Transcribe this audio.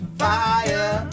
fire